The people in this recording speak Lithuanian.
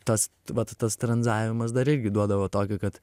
tas vat tas tranzavimas dar irgi duodavo tokio kad